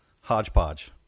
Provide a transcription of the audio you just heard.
hodgepodge